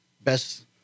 best